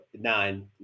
nine